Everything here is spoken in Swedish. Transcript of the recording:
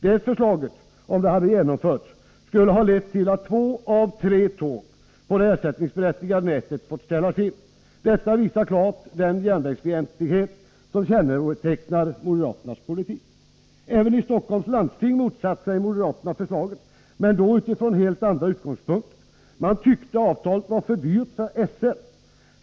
Det förslaget skulle, om det hade genomförts, ha lett till att två av tre tåg på det ersättningsberättigade nätet fått ställas in. Detta visar klart den järnvägsfientlighet som kännetecknar moderaternas politik. Även i Stockholms läns landsting motsatte sig moderaterna förslaget, men då från helt andra utgångspunkter. Man tyckte avtalet var för dyrt för SL.